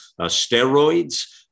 steroids